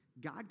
God